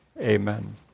amen